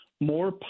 more